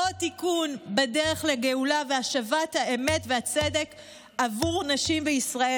עוד תיקון בדרך לגאולה והשבת האמת והצדק עבור נשים בישראל.